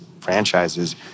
franchises